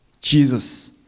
Jesus